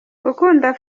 gukunda